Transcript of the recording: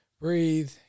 breathe